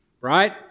right